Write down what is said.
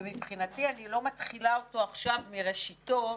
ומבחינתי אני לא מתחילה אותו עכשיו מראשיתו,